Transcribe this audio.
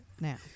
now